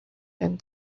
and